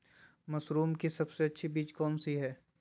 Mushroom की सबसे अच्छी बीज कौन सी है?